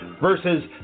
versus